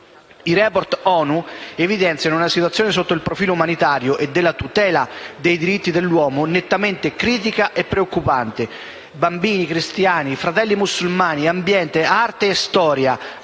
I *report* ONU evidenziano una situazione, sotto il profilo umanitario e della tutela dei diritti dell'uomo, nettamente critica e preoccupante. I bambini, i cristiani, fratelli mussulmani, l'ambiente, l'arte e la storia,